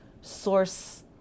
source